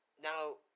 Now